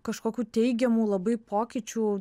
kažkokių teigiamų labai pokyčių